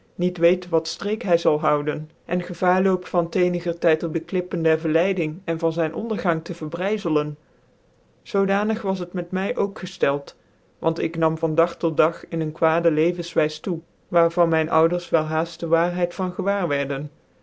niet weet wat ftrcek hy zal houden en gevaar loopt van t'enigcr tyd op de klippen der verleiding ai van zyn ondergang tc verbryzelcn l zoodanig was het met my ook gcitclt want ik nam van dag tot dag in ccn kwade lcvcnswys toe waar van myn ouders wel haaft dc waarheid van gewaar wrerden